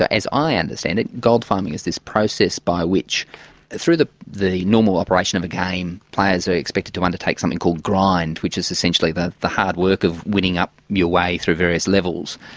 ah as i understand it, gold farming is this process by which through the the normal operation of a game, players are expected to undertake something called grind, which is essentially the the hard work of winning up your way through various levels.